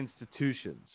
institutions